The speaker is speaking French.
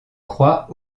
croix